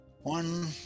One